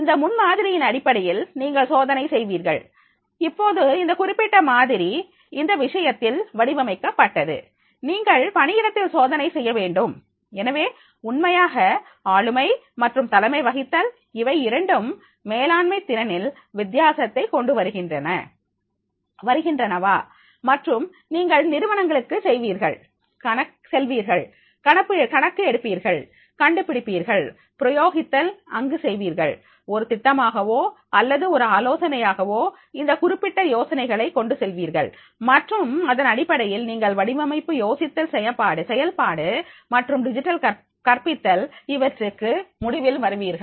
இந்த முன்மாதிரியின் அடிப்படையில் நீங்கள் சோதனை செய்வீர்கள் இப்போது இந்த குறிப்பிட்ட மாதிரி இந்த விஷயத்தில் வடிவமைக்கப்பட்டது நீங்கள் பணியிடத்தில் சோதனை செய்ய வேண்டும் எனவே உண்மையாக ஆளுமை மற்றும் தலைமை வகித்தல் இவை இரண்டும் மேலாண்மை திறனில் வித்தியாசத்தை கொண்டு வருகின்றனவா மற்றும் நீங்கள் நிறுவனங்களுக்கு செல்வீர்கள் கணக்கு எடுப்பீர்கள் கண்டுபிடிப்பீர்கள் பிரயோகித்தல் அங்கு செய்வீர்கள் ஒரு திட்டமாகவோ அல்லது ஒரு ஆலோசனையாக இந்த குறிப்பிட்ட யோசனைகளை கொண்டு செல்வீர்கள் மற்றும் அதன் அடிப்படையில் நீங்கள் வடிவமைப்பு யோசித்தல் செயல்பாடு மற்றும் டிஜிட்டல் கற்பித்தல் இவற்றுக்கு முடிவில் வருவீர்கள்